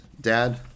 dad